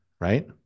right